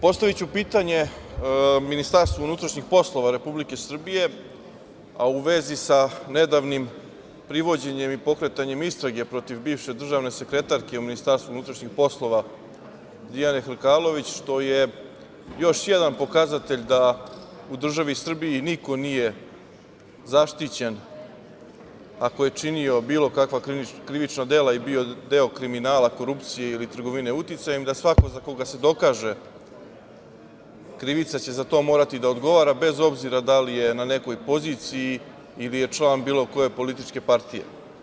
Postaviću pitanje Ministarstvu unutrašnjih poslova Republike Srbije, a u vezi sa nedavnim privođenjem i pokretanjem istrage protiv bivše državne sekretarke u Ministarstvu unutrašnjih poslova, Dijane Hrkalović, što je još jedan pokazatelj da u državi Srbiji niko nije zaštićen, ako je činio bilo kakva krivična dela i bio deo kriminala, korupcije ili trgovine uticajem, da svako za koga se dokaže krivica, će morati da odgovara bez obzira da li je na nekoj poziciji ili je član bilo koje političke partije.